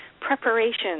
preparation